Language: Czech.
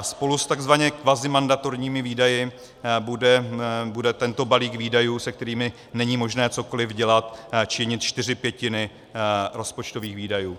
Spolu s tzv. kvazimandatorními výdaji bude tento balík výdajů, se kterými není možné cokoliv dělat, činit čtyři pětiny rozpočtových výdajů.